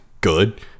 good